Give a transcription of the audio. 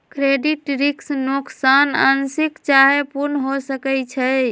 credit risk नोकसान आंशिक चाहे पूर्ण हो सकइ छै